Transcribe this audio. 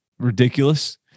Ridiculous